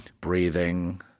breathing